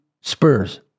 Spurs